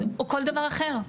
או כל דבר אחר,